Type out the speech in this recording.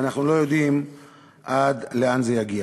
ואנחנו לא יודעים עד לאן זה יגיע.